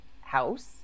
house